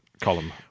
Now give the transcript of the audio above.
column